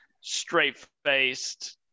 straight-faced